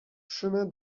chemin